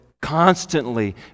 Constantly